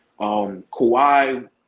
Kawhi